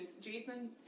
Jason